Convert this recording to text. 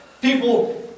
people